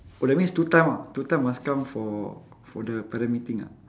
!wah! that means two time ah two time must come for for the parent meeting ah